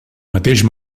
mateix